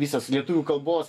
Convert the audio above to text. visas lietuvių kalbos